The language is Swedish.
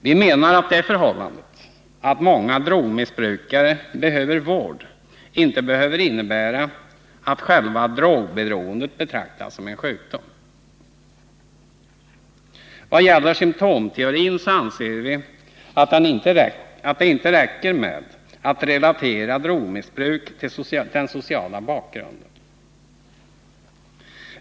Vi menar att det förhållandet att många drogmissbrukare behöver vård inte behöver innebära att själva drogberoendet betraktas som en sjukdom. Vad gäller symtomteorin så anser vi att det inte räcker med att relatera drogmissbruk till den sociala bakgrunden.